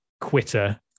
quitter